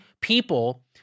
people